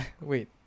wait